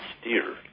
steer